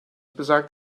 besagt